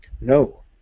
No